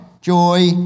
joy